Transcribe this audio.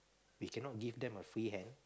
we cannot give them a free hand